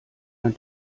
ein